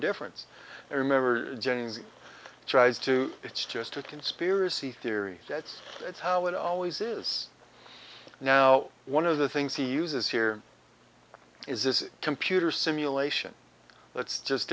difference remember jennings tries to it's just a conspiracy theory that's that's how it always is now one of the things he uses here is this computer simulation let's just